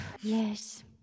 Yes